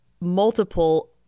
multiple